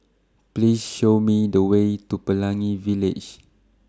Please Show Me The Way to Pelangi Village